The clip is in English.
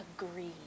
agree